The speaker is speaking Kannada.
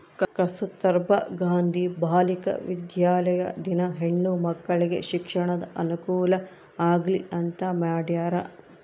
ಕಸ್ತುರ್ಭ ಗಾಂಧಿ ಬಾಲಿಕ ವಿದ್ಯಾಲಯ ದಿನ ಹೆಣ್ಣು ಮಕ್ಕಳಿಗೆ ಶಿಕ್ಷಣದ ಅನುಕುಲ ಆಗ್ಲಿ ಅಂತ ಮಾಡ್ಯರ